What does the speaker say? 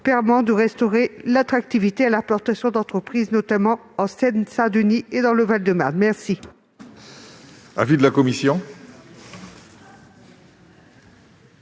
permet de restaurer l'attractivité à l'implantation d'entreprises, notamment en Seine-Saint-Denis et dans le Val-de-Marne. Quel